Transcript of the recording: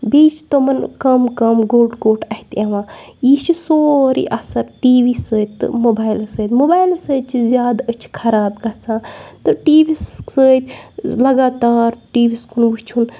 بییٚہِ چھُ تِمَن کَم کَم گوٚٹ گوٚٹ اَتھہِ یِوان یہِ چھُ سوری اثر ٹی وی سۭتۍ تہٕ موبایلہٕ سۭتۍ موبایلہٕ سۭتۍ چھِ زیادٕ أچھ خراب گَژھان تہٕ ٹی وی سۭتۍ لگاتار ٹی وی یَس کُن وُچھُن